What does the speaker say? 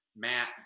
Matt